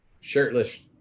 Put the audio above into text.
shirtless